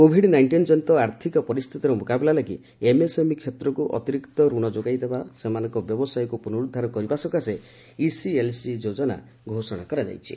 Covid nineteen ଜନିତ ଆର୍ଥକ ପରିସ୍ଥିତିର ମୁକାବିଲା ଲାଗି ଏମ୍ଏସ୍ଏମ୍ଇ କ୍ଷେତ୍ରକୁ ଅତିରିକ୍ତ ଋଣ ଯୋଗାଇ ଦେଇ ସେମାନଙ୍କ ବ୍ୟବସାୟକୁ ପୁନରୁଦ୍ଧାର କରିବା ସକାଶେ ଇସିଏଲ୍ଜି ଯୋଜନା ଘୋଷଣା କରାଯାଇଛି